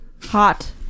Hot